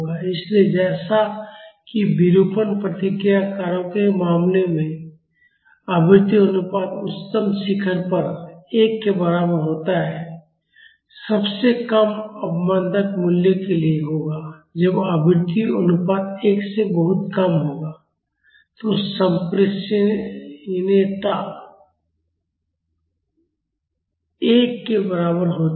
इसलिए जैसा कि विरूपण प्रतिक्रिया कारकों के मामले में आवृत्ति अनुपात उच्चतम शिखर पर 1 के बराबर होता है सबसे कम अवमन्दक मूल्य के लिए होगा जब आवृत्ति अनुपात 1 से बहुत कम होता है तो संप्रेषणीयता 1 के बराबर होती है